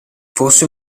forse